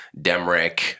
Demrick